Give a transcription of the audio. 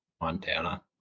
Montana